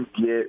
get